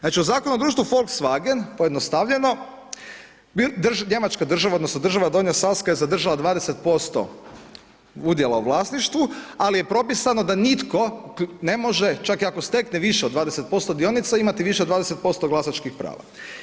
Znači u Zakonu o društvu Volkswagen pojednostavljeno, Njemačka država, odnosno, država Donja Saska je zadržala 20% udjela u vlasništvu, ali je propisano, da nitko ne može, čak i ako stekne više od 20% dionica, imati više od 20% glasačkih prava.